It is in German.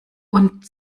und